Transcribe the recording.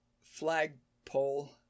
flagpole